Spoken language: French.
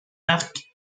arc